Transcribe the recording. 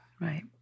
right